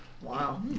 Wow